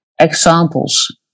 examples